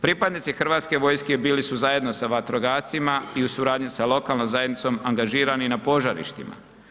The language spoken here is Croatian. Pripadnici HV-a bili su zajedno sa vatrogascima i u suradnji sa lokalnom zajednicom angažirani na požarištima.